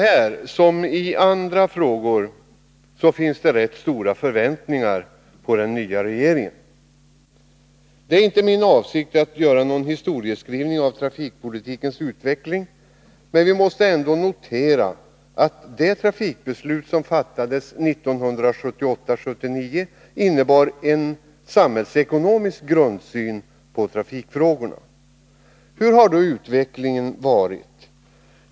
Här, liksom i andra frågor, finns det rätt stora förväntningar på den nya regeringen. Det är inte min avsikt att göra någon historieskrivning av trafikpolitikens utveckling. Men vi måste ändå notera att de trafikbeslut som fattades 1978/79 byggde på en samhällsekonomisk grundsyn på trafikfrågorna. Hur har då utvecklingen varit?